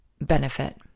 benefit